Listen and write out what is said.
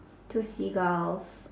two seagulls